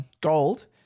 Gold